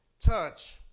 touch